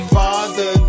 father